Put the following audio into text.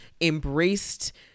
embraced